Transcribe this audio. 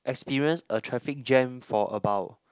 experience a traffic jam for about